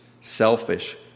selfish